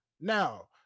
now